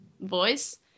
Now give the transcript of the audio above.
voice